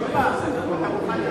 אתה מוכן,